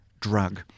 drug